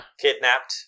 Kidnapped